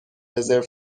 رزرو